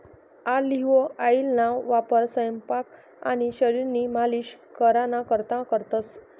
olive ऑइलना वापर सयपाक आणि शरीरनी मालिश कराना करता करतंस